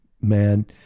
man